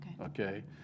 Okay